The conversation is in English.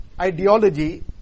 ideology